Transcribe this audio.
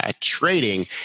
trading